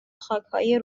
خاکهای